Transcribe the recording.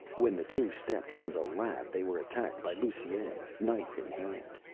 when the two stepped from the lab they were attacked by lusine, knife in hand.